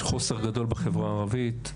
יש חוסר גדול בחברה הערבית,